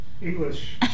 English